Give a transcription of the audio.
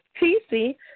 TC